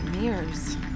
mirrors